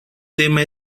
tema